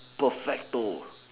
prefect to